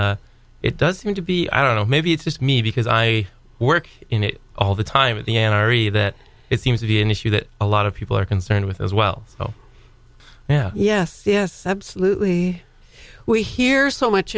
it does seem to be i don't know maybe it's just me because i work in it all the time of the n r e that it seems to be an issue that a lot of people are concerned with as well yeah yes yes absolutely we hear so much